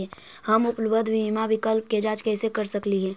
हम उपलब्ध बीमा विकल्प के जांच कैसे कर सकली हे?